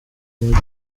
umujyi